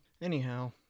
Anyhow